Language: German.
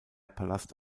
palast